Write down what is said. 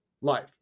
life